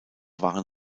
waren